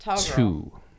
Two